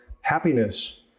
happiness